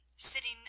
sitting